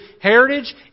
heritage